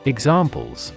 Examples